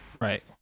Right